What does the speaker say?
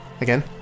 Again